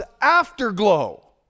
afterglow